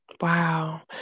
Wow